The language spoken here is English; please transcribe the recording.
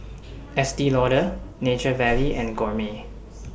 Estee Lauder Nature Valley and Gourmet